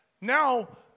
now